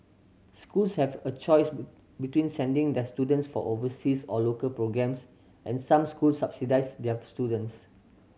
schools have a choice between sending their students for overseas or local programmes and some schools subsidise their students